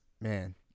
man